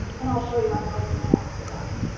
and i'll show you one of those in the next design.